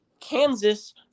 Kansas